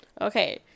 Okay